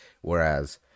whereas